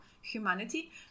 humanity